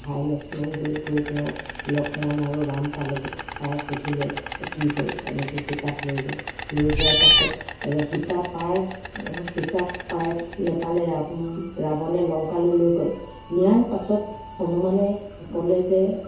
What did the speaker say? ভাই লক্ষ্মণ বুলি কৈ তেওঁ লক্ষ্মণ আৰু ৰাম পালেগৈ পাই সুধিলে কি হ'ল এনেকৈ সীতাক লৈ গ'ল লৈ যোৱাৰ পাছত সীতা পাৰ সীতাক পাই নেপালে ৰাৱণে লংকালৈ লৈ গ'ল নিয়াৰ পাছত হনুমানে ক'লে যে